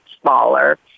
smaller